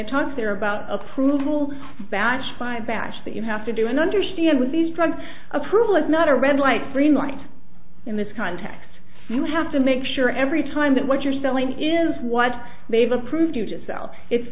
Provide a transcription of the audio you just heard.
it talks there about approval batch five batch that you have to do and understand with these drug approval is not a red light green light in this context you have to make sure every time that what you're selling is what they've approved you to sell it's